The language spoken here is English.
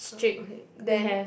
so okay then